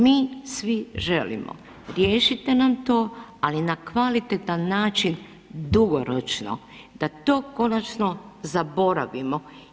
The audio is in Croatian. Mi svi želimo riješite nam to, ali na kvalitetan način dugoročno da to konačno zaboravimo.